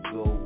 go